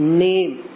name